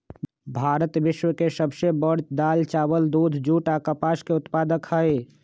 भारत विश्व के सब से बड़ दाल, चावल, दूध, जुट आ कपास के उत्पादक हई